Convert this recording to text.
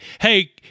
hey